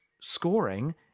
scoring